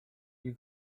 you